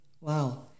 Wow